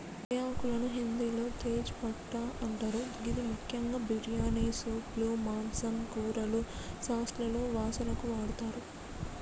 బేఆకులను హిందిలో తేజ్ పట్టా అంటరు గిది ముఖ్యంగా బిర్యానీ, సూప్లు, మాంసం, కూరలు, సాస్లలో వాసనకు వాడతరు